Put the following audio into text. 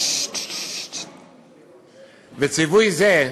וציווי זה,